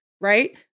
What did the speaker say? right